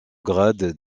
grade